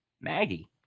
Maggie